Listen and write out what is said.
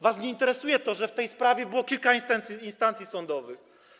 Was nie interesuje to, że w tej sprawie było kilka instancji sądowych.